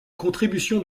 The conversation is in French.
contributions